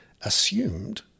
assumed